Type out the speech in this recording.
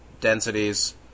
densities